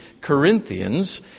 Corinthians